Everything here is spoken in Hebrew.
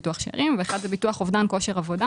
ביטוח שארים.